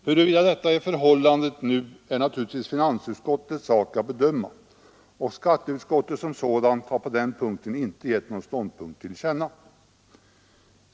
Huruvida detta är förhållandet nu är naturligtvis finansutskottets sak att bedöma, och skatteutskottet som sådant har på den punkten inte givit någon ståndpunkt till känna.